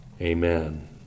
Amen